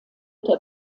der